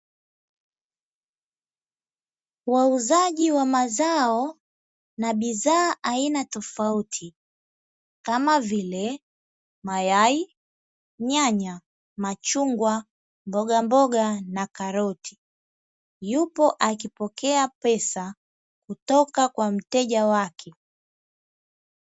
wauzaji wa mazao na bidhaa aina tofauti kama vile mayai, nyanya, machungwa, mbogamboga na karoti yupo akipokea pesa kutoka kwa mteja wake.